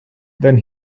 than